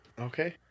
Okay